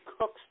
Cooks